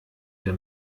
der